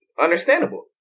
Understandable